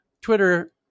Twitter